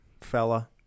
Fella